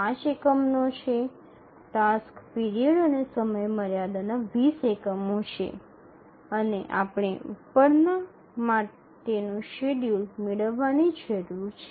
5 એકમનો છે task period અને સમયમર્યાદાના ૨0 એકમો છે અને આપણે ઉપરના માટેનું શેડ્યૂલ મેળવવાની જરૂર છે